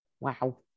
Wow